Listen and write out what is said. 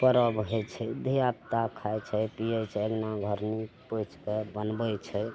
पर्व होइ छै धिया पुता खाइ छै पीयै अङ्गना घर नीप पोछि कए बनबय छै